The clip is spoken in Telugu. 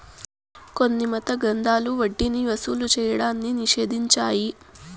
కొన్ని మత గ్రంథాలు వడ్డీని వసూలు చేయడాన్ని నిషేధించాయి